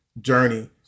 journey